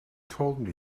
told